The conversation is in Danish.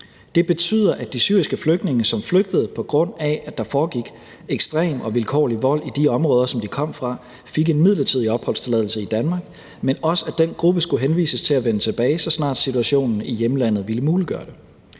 Det betyder, at de syriske flygtninge, som flygtede på grund af, at der foregik ekstrem og vilkårlig vold i de områder, som de kom fra, fik en midlertidig opholdstilladelse i Danmark, men at den gruppe også skulle henvises til at vende tilbage, så snart situationen i hjemlandet ville muliggøre det.